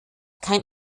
kein